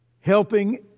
helping